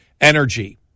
Energy